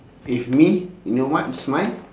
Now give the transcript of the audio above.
if me you know what's mine